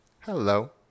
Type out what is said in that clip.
hello